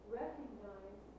recognize